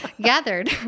gathered